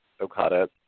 Okada